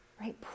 right